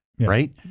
Right